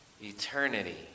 eternity